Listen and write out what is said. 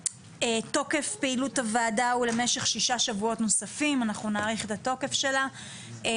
תוקף פעילות הוועדה הוא למשך שישה שבועות נוספים נאריך את התוקף שלה.